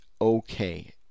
okay